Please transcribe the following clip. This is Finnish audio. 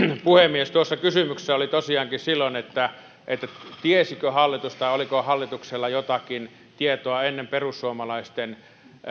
puhemies tuossa kysymyksessä oli tosiaankin silloin tiesikö hallitus tai oliko hallituksella jotakin tietoa ennen perussuomalaisten